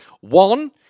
One